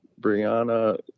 Brianna